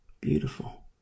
Beautiful